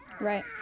Right